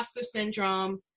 syndrome